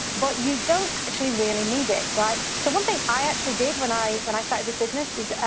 but you don't actually really need it, right? so one thing i actually did when i when i started this business is,